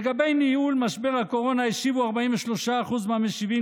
לגבי ניהול משבר הקורונה השיבו 43% מהמשיבים